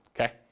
okay